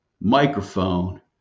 microphone